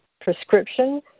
prescription